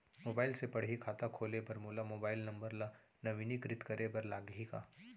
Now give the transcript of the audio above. Mobile से पड़ही खाता खोले बर मोला मोबाइल नंबर ल नवीनीकृत करे बर लागही का?